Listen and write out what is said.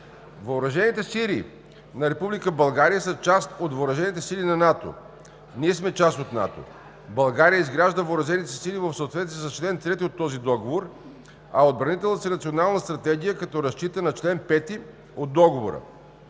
Въоръжените сили на Република България са част от въоръжените сили на НАТО. Ние сме част от НАТО. България изгражда въоръжените си сили в съответствие с чл. 3 от този договор, а отбранителната си национална стратегия – като разчита на чл. 5 от Договора.